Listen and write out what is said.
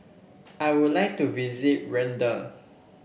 I would like to visit Rwanda